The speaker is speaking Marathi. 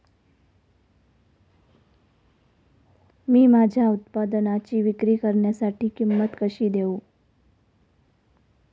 मी माझ्या उत्पादनाची विक्री करण्यासाठी किंमत कशी देऊ?